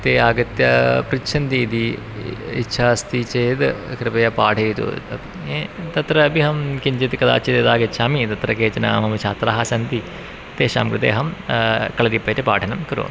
ते आगत्य पृच्छन्ति इति इच्छा अस्ति चेद् कृपया पाठयतु अन्ये तत्र अपि अहं किञ्चित् कदाचित् यदा आगच्छामि तत्र केचन मम छात्राः सन्ति तेषां कृते अहं कलरिपयट् पाठनं करोमि